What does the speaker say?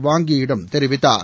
வாங் Yi யிடம் தெரிவித்தார்